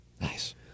Nice